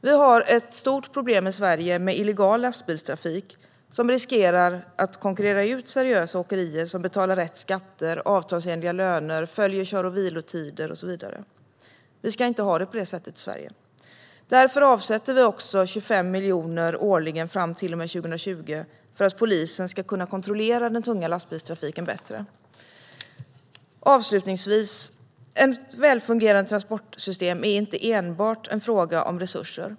Vi har ett stort problem i Sverige med illegal lastbilstrafik som riskerar att konkurrera ut seriösa åkerier som betalar rätt skatter och avtalsenliga löner, följer kör och vilotider och så vidare. Vi ska inte ha det på det sättet i Sverige. Därför avsätter vi årligen 25 miljoner fram till och med 2020 för att polisen ska kunna kontrollera den tunga lastbilstrafiken bättre. Ett välfungerande transportsystem är inte enbart en fråga om resurser.